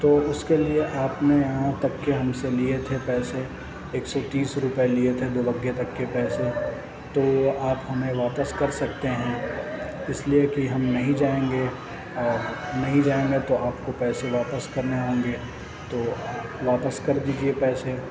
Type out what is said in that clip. تو اُس کے لیے آپ نے یہاں تک کے ہم سے لیے تھے پیسے ایک سو تیس روپیے لیے تھے دو بگھے تک کے پیسے تو آپ ہمیں واپس کر سکتے ہیں اِس لیے کہ ہم نہیں جائیں گے اور نہیں جائیں گے تو آپ کو پیسے واپس کرنے ہوں گے تو واپس کر دیجیے پیسے